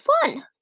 fun